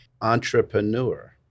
Entrepreneur